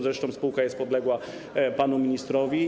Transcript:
Zresztą spółka jest podległa panu ministrowi.